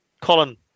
Colin